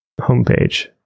homepage